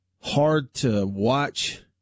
hard-to-watch